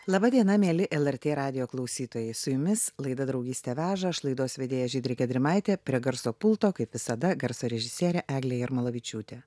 laba diena mieli lrt radijo klausytojai su jumis laida draugystė veža aš laidos vedėja žydrė gedrimaitė prie garso pulto kaip visada garso režisierė eglė jarmolavičiūtė